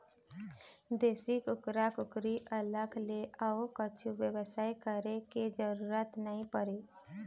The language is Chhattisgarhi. देसी कुकरा कुकरी अलग ले अउ कछु बेवस्था करे के जरूरत नइ परय